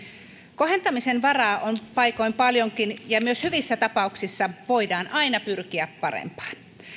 kohentamisen varaa on paikoin paljonkin ja myös hyvissä tapauksissa voidaan aina pyrkiä parempaan